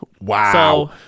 wow